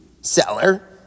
seller